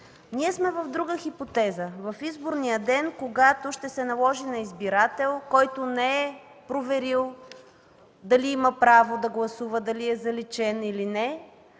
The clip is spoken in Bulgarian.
Ние сме в друга хипотеза – в изборния ден, когато ще се наложи на избирател, който не е проверил дали има право да гласува, дали е заличен или не,